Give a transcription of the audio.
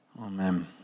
Amen